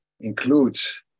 includes